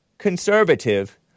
Conservative